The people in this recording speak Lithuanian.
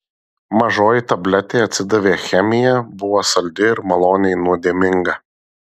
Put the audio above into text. mažoji tabletė atsidavė chemija buvo saldi ir maloniai nuodėminga